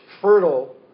fertile